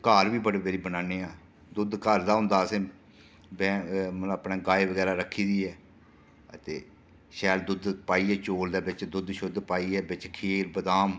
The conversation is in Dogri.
घर बी बड़े बारी बनान्ने आं दुद्ध घर दा होंदा असें मतलब अपने गौ बगैरा रक्खी दी ऐ ते शैल दुद्ध पाइयै चौल दे बिच दुद्ध शुद्ध पाइयै बिच खीर बदाम